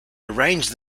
arranged